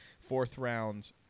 fourth-round